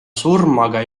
surmaga